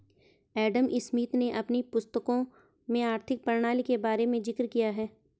Adam Smith ने अपनी पुस्तकों में आर्थिक प्रणाली के बारे में जिक्र किया है